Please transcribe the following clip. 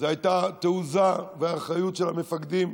זו הייתה תעוזה ואחריות של המפקדים,